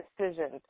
decisions